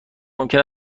ممکن